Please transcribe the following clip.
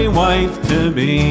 wife-to-be